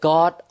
God